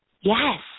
Yes